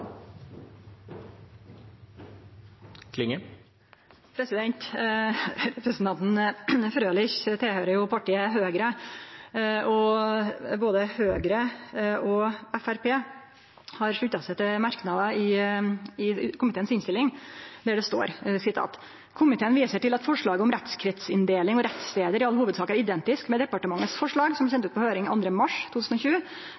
bra. Representanten Frølich tilhøyrer jo partiet Høgre, og både Høgre og Framstegspartiet har slutta seg til ein merknad i komitéinnstillinga, der det står: «Komiteen viser til at forslaget om rettkretsinndeling og rettssteder i all hovedsak er identisk med departementets forslag som ble